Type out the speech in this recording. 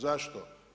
Zašto?